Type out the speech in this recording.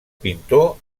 pintor